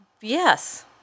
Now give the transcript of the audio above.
yes